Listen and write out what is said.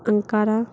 Ankara